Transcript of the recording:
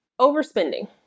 overspending